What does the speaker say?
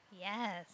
Yes